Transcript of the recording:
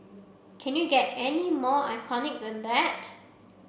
can you get any more iconic than that